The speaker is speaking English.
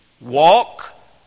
Walk